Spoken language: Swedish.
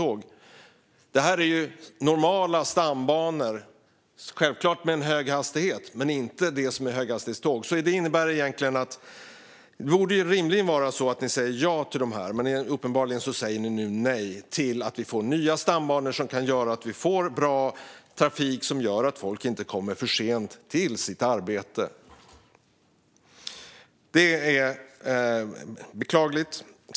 Men det är normala stambanor - tågen går självklart med hög hastighet, men det är inte höghastighetståg. Det borde rimligen vara så att regeringen säger ja till dem, men uppenbarligen säger man nu nej till nya stambanor som kan ge bra trafik som gör att folk inte kommer för sent till sina arbeten. Det är beklagligt.